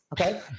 okay